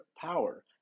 power